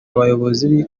abayobozi